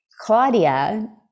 Claudia